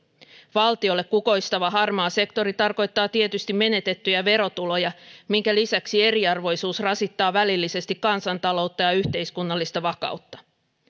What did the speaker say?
valtiolle kukoistava harmaa sektori tarkoittaa tietysti menetettyjä verotuloja minkä lisäksi eriarvoisuus rasittaa välillisesti kansantaloutta ja yhteiskunnallista vakautta